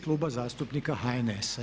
Kluba zastupnika HNS-a.